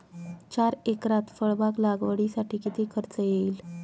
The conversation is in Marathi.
चार एकरात फळबाग लागवडीसाठी किती खर्च येईल?